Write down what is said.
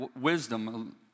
wisdom